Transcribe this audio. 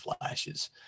flashes